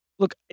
Look